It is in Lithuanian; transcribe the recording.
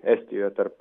estijoje tarp